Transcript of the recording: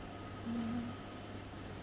mmhmm